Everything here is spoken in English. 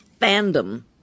fandom